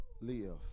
live